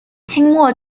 清末